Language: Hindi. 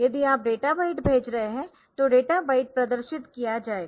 यदि आप डेटा बाइट भेज रहे है तो डेटा बाइट प्रदर्शित किया जाएगा